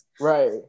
right